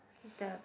the